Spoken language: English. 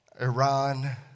Iran